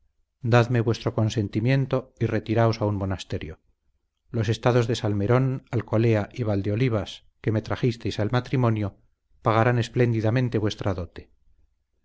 tenacidad dadme vuestro consentimiento y retiraos a un monasterio los estados de salmerón alcolea y valdeolivas que me trajisteis al matrimonio pagarán espléndidamente vuestra dote